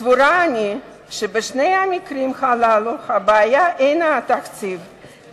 סבורה אני שבשני המקרים הללו הבעיה אינה התקציב,